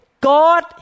God